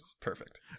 Perfect